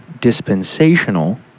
dispensational